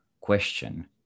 question